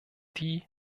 die